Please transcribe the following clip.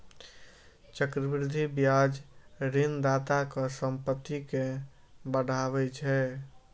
चक्रवृद्धि ब्याज ऋणदाताक संपत्ति कें बढ़ाबै छै